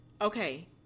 okay